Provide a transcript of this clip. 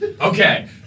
Okay